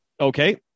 Okay